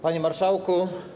Panie Marszałku!